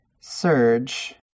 surge